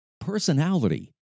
personality